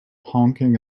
honking